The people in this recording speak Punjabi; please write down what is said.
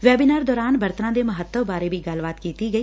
ਵੈਬੀਨਾਰ ਦੌਰਾਨ ਬਰਤਨਾਂ ਦੇ ਮਹੱਤਵ ਬਾਰੇ ਵੀ ਗਲੱਬਾਤ ਕੀਤੀ ਗਈ